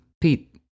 Pete